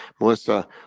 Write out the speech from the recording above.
Melissa